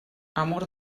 amor